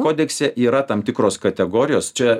kodekse yra tam tikros kategorijos čia